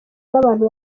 n’abantu